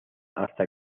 hasta